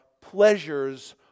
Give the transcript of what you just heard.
pleasures